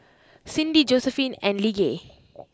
Cindi Josephine and Lige